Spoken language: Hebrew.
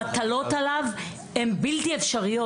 המטלות שמוטלות על המנהל הן בלתי אפשריות.